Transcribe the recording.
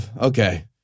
okay